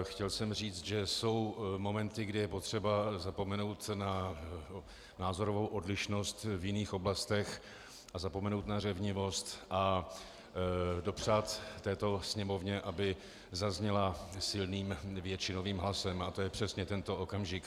Chtěl jsem říct, že jsou momenty, kdy je potřeba zapomenout na názorovou odlišnost v jiných oblastech a zapomenout na řevnivost a dopřát této Sněmovně, aby zazněla silným většinovým hlasem, a to je přesně tento okamžik.